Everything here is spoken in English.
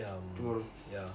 tomorrow